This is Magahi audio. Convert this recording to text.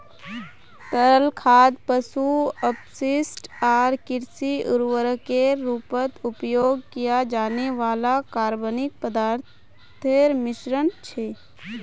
तरल खाद पशु अपशिष्ट आर कृषि उर्वरकेर रूपत उपयोग किया जाने वाला कार्बनिक पदार्थोंर मिश्रण छे